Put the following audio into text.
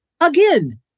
again